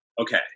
Okay